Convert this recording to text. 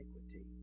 iniquity